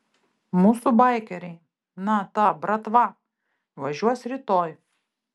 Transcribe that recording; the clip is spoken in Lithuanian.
mūsų baikeriai na ta bratva važiuos rytoj